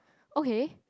okay